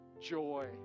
joy